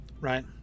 right